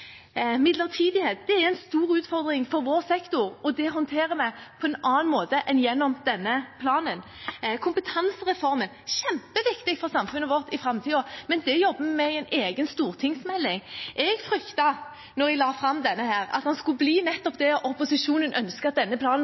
Midlertidighet er en stor utfordring for vår sektor, og det håndterer vi på en annen måte enn gjennom denne planen. Kompetansereformen er kjempeviktig for samfunnet vårt i framtiden, men det jobber vi med i en egen stortingsmelding. Da vi la fram denne planen, fryktet jeg at den skulle bli nettopp det opposisjonen